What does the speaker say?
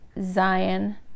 zion